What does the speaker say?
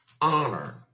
Honor